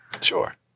Sure